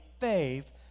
faith